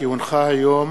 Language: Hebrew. כי הונחה היום